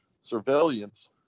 surveillance